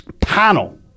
panel